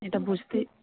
এটা বুঝতে